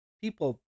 people